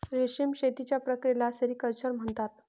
रेशीम शेतीच्या प्रक्रियेला सेरिक्चर म्हणतात